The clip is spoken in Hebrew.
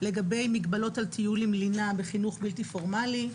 לגבי מגבלות על טיול עם לינה בחינוך בלתי פורמלי,